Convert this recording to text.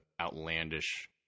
outlandish –